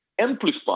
amplify